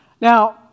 Now